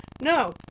no